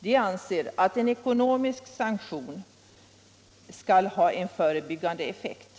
De anser att en ekonomisk sanktion kommer att ha förebyggande effekt.